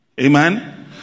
Amen